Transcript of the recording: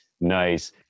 Nice